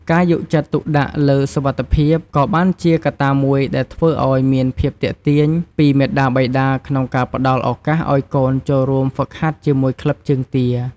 ការយកចិត្តទុកដាក់លើសុវត្ថិភាព ក៏បានជាកត្តាមួយដែលធ្វើឲ្យមានភាពទាក់ទាញពីមាតាបិតា ក្នុងការផ្តល់ឱកាសឲ្យកូនចូលរួមហ្វឹកហាត់ជាមួយក្លឹបជើងទា។